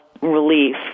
relief